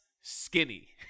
skinny